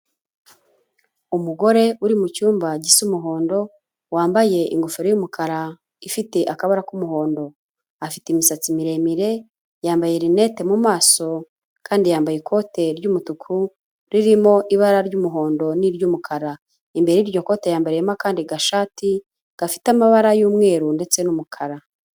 Umugore uri mu cyumba gisa umuhondo, wambaye ingofero y'umukara ifite akabara k'umuhondo, afite imisatsi miremire, yambaye rinete mu maso, kandi yambaye ikote ry'umutuku ririmo ibara ry'umuhondo n'iry'umukara; imbere y'iryo kote yambariyemo akandi gashati gafite amabara y'umweru ndetse n'umukara.